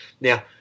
Now